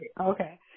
Okay